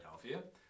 Philadelphia